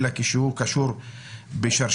אלא כשהוא קשור בשרשרת.